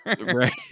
Right